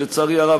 לצערי הרב,